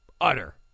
utter